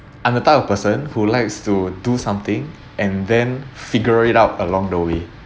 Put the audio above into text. I'm the type of person who likes to do something and then figure it out along the way